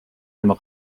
tema